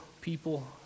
people